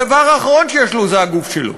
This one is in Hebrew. הדבר האחרון שיש לו זה הגוף שלו,